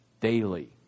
daily